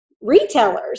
retailers